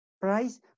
price